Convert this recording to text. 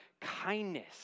kindness